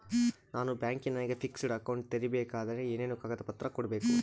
ನಾನು ಬ್ಯಾಂಕಿನಾಗ fixed account ತೆರಿಬೇಕಾದರೆ ಏನೇನು ಕಾಗದ ಪತ್ರ ಕೊಡ್ಬೇಕು?